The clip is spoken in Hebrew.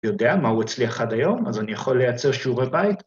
‫יודע מה הוא הצליח עד היום, ‫אז אני יכול לייצר שיעורי בית.